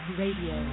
radio